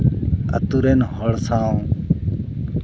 ᱟᱛᱳ ᱨᱮᱱ ᱦᱚᱲ ᱥᱟᱶ